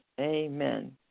Amen